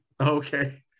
Okay